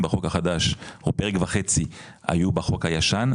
בחוק החדש או פרק וחצי היו בחוק הישן,